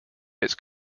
its